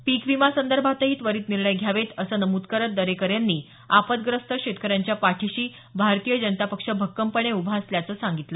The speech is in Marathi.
पीकविमा संदर्भातही त्वरीत निर्णय घ्यावेत असं नमूद करत दरेकर यांनी आपदग्रस्त शेतकऱ्यांच्या पाठीशी भारतीय जनता पक्ष भक्कमपणे उभा असल्याचं सांगितलं